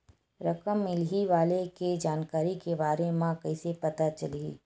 रकम मिलही वाले के जानकारी के बारे मा कइसे पता चलही?